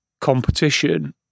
competition